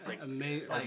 amazing